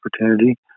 opportunity